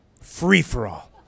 free-for-all